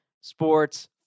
sports